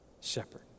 shepherd